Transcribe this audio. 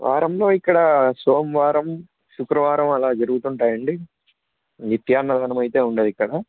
వారంలో ఇక్కడ సోమవారం శుక్రవారం అలా జరుగుతు ఉంటాయండి నిత్యాన్నదానం అయితే ఉండదు అండి ఇక్కడ